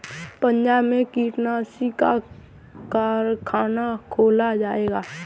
पंजाब में कीटनाशी का कारख़ाना खोला जाएगा